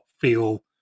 feel